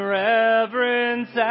reverence